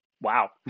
Wow